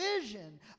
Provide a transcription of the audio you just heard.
vision